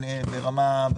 כן.